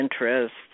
interests